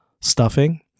stuffing